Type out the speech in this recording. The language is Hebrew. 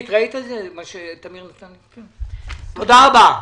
תודה רבה.